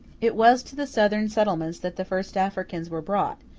it was to the southern settlements that the first africans were brought,